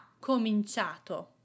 cominciato